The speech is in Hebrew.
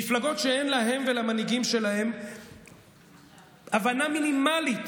מפלגות שאין להן ולמנהיגים שלהן הבנה מינימלית